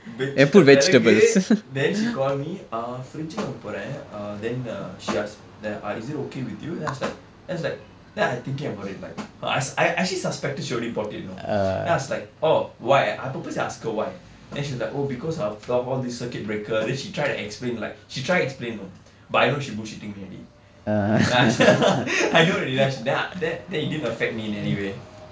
வைச்சிட்ட பிறகு:vaicchitta piraku then she call me uh fridge வாங்க போறேன்:vaanka poraen uh then uh she ask the ah is it okay with you then I was like then I was like then I thinking about it like her I I actually suspected she already bought it you know then I was like oh why I purposely ask her why then she was like oh because of all the circuit breaker then she try to explain like she try and explain you know but I know she bull shitting me already I know already lah then she then then it didn't affect me in any way